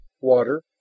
water